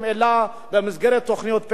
אלא במסגרת תוכניות פר"ח,